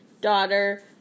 daughter